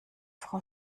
frau